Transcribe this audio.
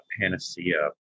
panacea